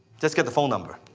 just get the phone number.